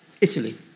Italy